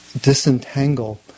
disentangle